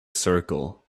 circle